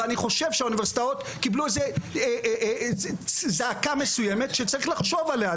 ואני חושב שהאוניברסיטאות קיבלו זעקה מסויימת שצריך לחשוב עליה.